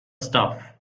stuff